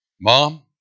Mom